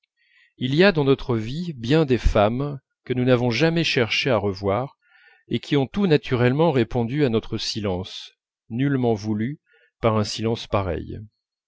il y a dans notre vie bien des femmes que nous n'avons jamais cherché à revoir et qui ont tout naturellement répondu à notre silence nullement voulu par un silence pareil